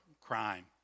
crime